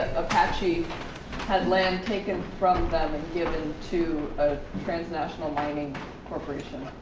apache had land taken from them and given to a transnational mining corporation.